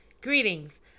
Greetings